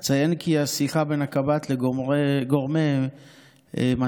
אציין כי השיחה בין הקב"ט לגורמי מתפ"ש,